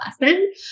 lesson